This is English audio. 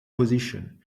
position